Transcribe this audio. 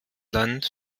land